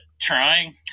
trying